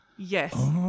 Yes